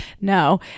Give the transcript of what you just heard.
No